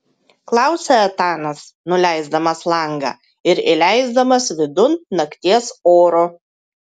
klausia etanas nuleisdamas langą ir įleisdamas vidun nakties oro